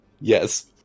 Yes